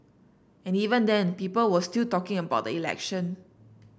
and even then people were still talking about the election